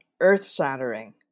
earth-shattering